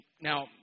Now